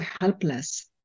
helpless